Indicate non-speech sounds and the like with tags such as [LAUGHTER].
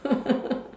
[LAUGHS]